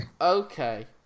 Okay